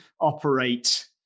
operate